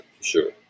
sure